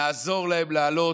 נעזור להם לעלות,